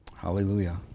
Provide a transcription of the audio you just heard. Hallelujah